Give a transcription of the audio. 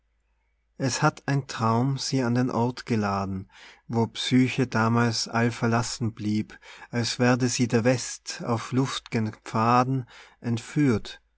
es hatt ein traum sie an den ort geladen wo psyche damals allverlassen blieb als werde sie der west auf luft'gen pfaden entführen